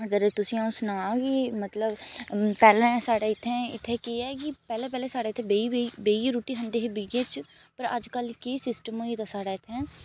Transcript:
अगर तुसेंगी अ'ऊं सनां कि मतलब पैह्लें साढ़ै इत्थें कि इत्थें केह् ऐ कि पैह्लें पैह्लें साढ़ै इत्थें बेही बेही बेहियै रुट्टी खंदे हे बहियै च पर अज्जकल केह् सिस्टम होई गेदा साढ़ै इत्थें